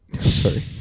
Sorry